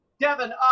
Devin